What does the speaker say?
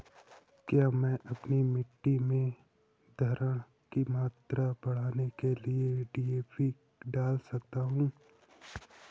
क्या मैं अपनी मिट्टी में धारण की मात्रा बढ़ाने के लिए डी.ए.पी डाल सकता हूँ?